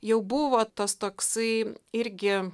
jau buvo tas toksai irgi